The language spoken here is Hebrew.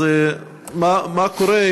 אז מה קורה?